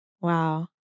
Wow